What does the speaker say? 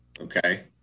okay